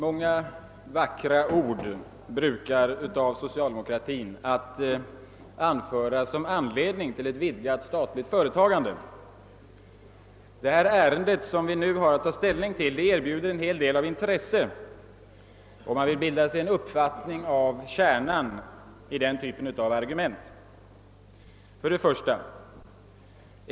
Herr talman! Socialdemokratin brukar anföra många vackra ord för ett vidgat statligt företagande. Det ärende som vi nu har att ta ställning till erbjuder en hel del av intresse om man vill bilda sig en uppfattning om kärnan i den typen av argument. 1.